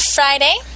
Friday